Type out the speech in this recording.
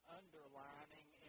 underlining